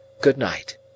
good-night